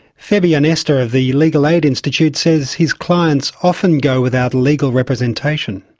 febiionesta of the legal aid institute says his clients often go without legal representation.